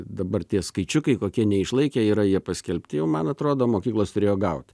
dabar tie skaičiukai kokie neišlaikė jie yra jie paskelbti jau man atrodo mokyklos turėjo gauti